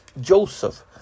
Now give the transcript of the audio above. joseph